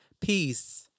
Peace